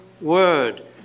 word